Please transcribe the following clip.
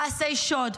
מעשי שוד,